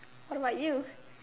what about you